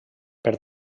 per